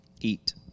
eat